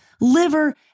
liver